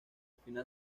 final